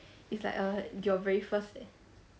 it's like a your very first